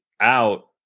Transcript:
out